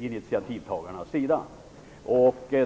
initiativtagarnas sida.